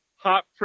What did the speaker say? Hot